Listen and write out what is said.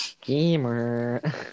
gamer